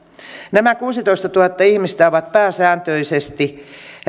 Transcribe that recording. nämä kuusitoistatuhatta ihmistä ovat pääsääntöisesti